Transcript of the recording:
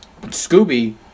Scooby